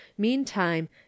meantime